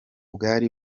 bwari